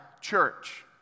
church